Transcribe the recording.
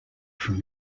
from